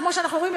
כמו שאנחנו רואים,